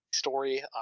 Story